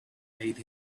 made